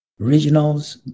regionals